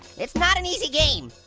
it's not an easy game,